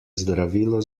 zdravilo